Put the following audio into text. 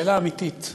שאלה אמיתית.